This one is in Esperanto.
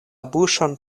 buŝon